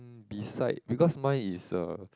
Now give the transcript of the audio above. beside because mine is a